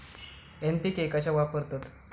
NPK कशाक वापरतत?